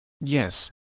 Yes